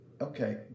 okay